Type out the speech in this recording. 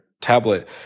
tablet